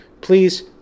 Please